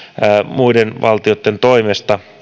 muiden valtioiden toimesta